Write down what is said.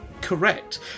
Correct